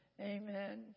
amen